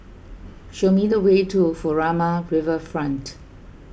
show me the way to Furama Riverfront